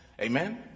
Amen